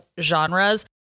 genres